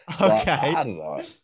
Okay